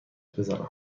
بزنم